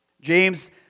James